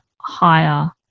higher